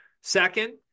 Second